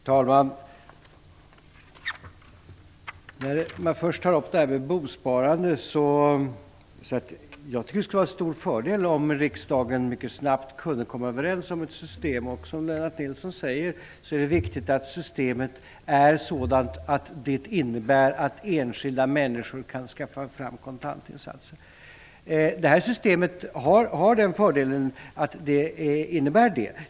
Herr talman! Låt mig först ta upp frågan om bosparande. Jag tycker att det skulle vara en stor fördel om riksdagen mycket snabbt kunde komma överens om ett system. Som Lennart Nilsson säger, är det viktigt att systemet är sådant att det innebär att enskilda människor kan skaffa fram kontantinsatser. Det system som jag förespråkar innebär detta.